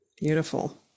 Beautiful